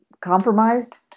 compromised